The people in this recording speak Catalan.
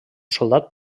soldat